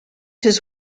his